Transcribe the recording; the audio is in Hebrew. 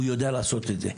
הוא יודע לעשות את זה.